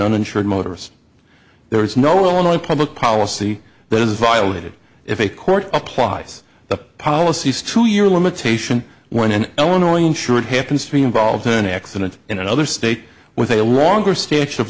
uninsured motorist there is no only public policy that is violated if a court applies the policies to your limitation when an illinois insured happens to be involved in an accident in another state with a longer stage of